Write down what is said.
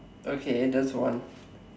okay that's one